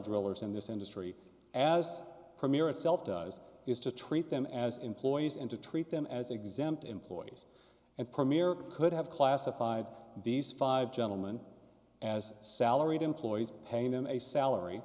drillers in this industry as premier itself is to treat them as employees and to treat them as exempt employees and premier could have classified these five gentleman as salaried employees paying them a salary